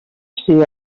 ser